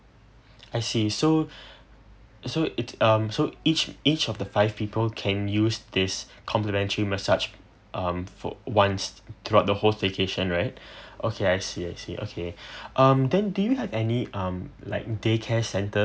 I see so so it's um so each each of the five people can use this complimentary massage um for ones throughout the whole staycation right okay I see I see okay um then did you have any um like day care centres